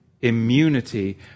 immunity